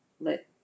let